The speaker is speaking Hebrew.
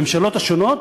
הממשלות השונות,